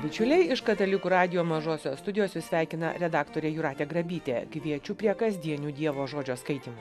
bičiuliai iš katalikų radijo mažosios studijos jus sveikina redaktorė jūratė grabytė kviečiu prie kasdienių dievo žodžio skaitymų